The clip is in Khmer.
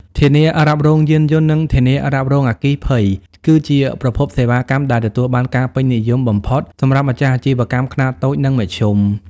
ធានារ៉ាប់រងយានយន្ត និងធានារ៉ាប់រងអគ្គិភ័យ គឺជាប្រភេទសេវាកម្មដែលទទួលបានការពេញនិយមបំផុតសម្រាប់ម្ចាស់អាជីវកម្មខ្នាតតូច និងមធ្យម ។